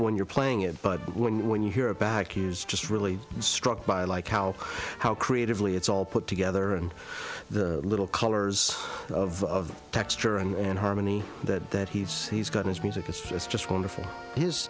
when you're playing it but when you hear a back he is just really struck by like how how creatively it's all put together and the little colors of texture and harmony that that he's he's got his music it's just just wonderful his